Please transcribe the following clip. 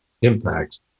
impacts